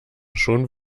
schon